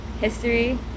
history